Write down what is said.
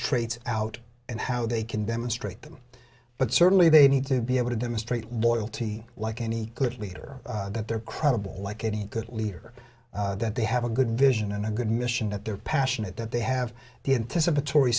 traits out and how they can demonstrate them but certainly they need to be able to demonstrate loyalty like any good leader that they're credible like any good leader that they have a good vision and a good mission that they're passionate that they have the anticipat